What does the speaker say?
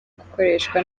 gukoreshwa